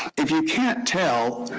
if you can't tell,